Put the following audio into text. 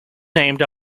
named